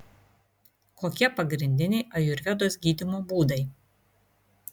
kokie pagrindiniai ajurvedos gydymo būdai